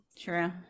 True